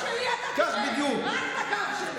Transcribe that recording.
את הגב שלי אתה תראה, רק את הגב שלי.